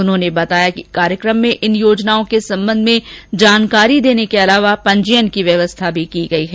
उन्होंने बताया कि कार्यक्रम में इन योजनाओं के संबंध में जानकारी देने के अलावा पंजियन की व्यवस्था भी की गई है